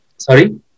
Sorry